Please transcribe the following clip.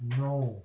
no